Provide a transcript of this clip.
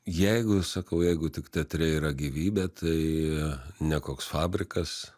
jeigu sakau jeigu tik teatre yra gyvybė tai ne koks fabrikas